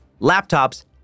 laptops